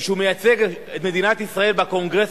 וכשהוא מייצג את מדינת ישראל בקונגרס